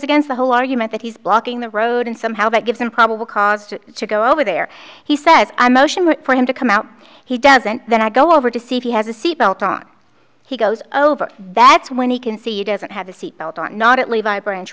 against the whole argument that he's blocking the road and somehow that gives him probable cause to go over there he says i motioned for him to come out he doesn't then i go over to see if he has a seatbelt on he goes over that's when he can see you doesn't have a seatbelt on not at levi branch